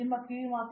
ಉಷಾ ಮೋಹನ್ ಹೌದು